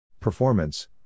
Performance